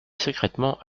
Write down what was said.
secrètement